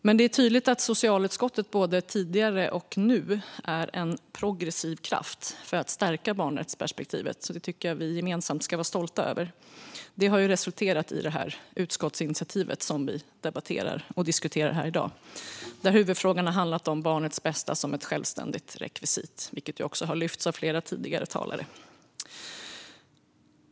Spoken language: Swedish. Det är tydligt att socialutskottet både tidigare och nu är en progressiv kraft för att stärka barnrättsperspektivet, och det tycker jag att vi gemensamt ska vara stolta över. Det har ju resulterat i det utskottsinitiativ vi nu debatterar. Huvudfrågan har här handlat om barnets bästa som ett självständigt rekvisit, vilket även flera tidigare talare tagit upp.